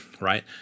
right